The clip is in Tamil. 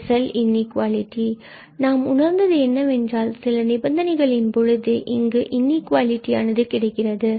பின்பு நாம் உணர்ந்தது என்னவென்றால் சில நிபந்தனைகளின் பொழுது இங்கு இன்இகுவாலிட்டி ஆனது கிடைக்கிறது